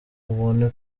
abone